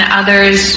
others